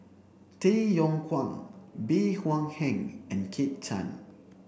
Tay Yong Kwang Bey Hua Heng and Kit Chan